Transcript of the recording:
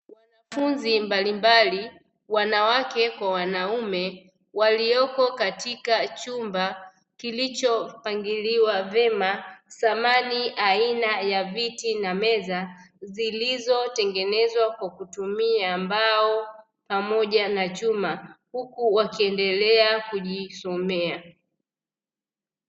Wanafunzi mbalimbali wanawake kwa wanaume walioko katika chumba kilicho pangiliwa vema samani aina ya viti na meza, zilizo tengenezwa kwa kutumia mbao pamoja na chuma huku wakiendelea kujisomea.